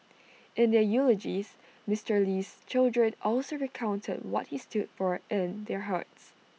in their eulogies Mister Lee's children also recounted what he stood for in their hearts